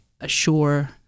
assure